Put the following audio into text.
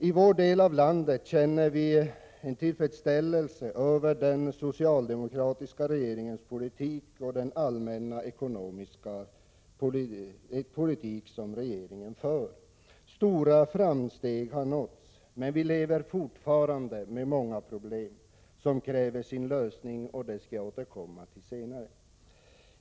I vår del av landet känner vi en tillfredsställelse över den socialdemokratiska regeringens politik och den allmänna ekonomiska politik som regeringen för. Stora framsteg har nåtts. Men vi lever fortfarande med många problem som kräver sin lösning, och det skall jag återkomma till senare.